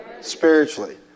spiritually